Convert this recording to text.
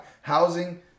housing